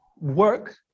work